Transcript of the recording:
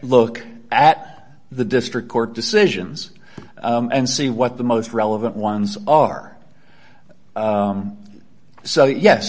look at the district court decisions and see what the most relevant ones are so yes